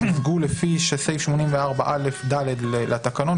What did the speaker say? לפי סעיף 84א(ד) לתקנון,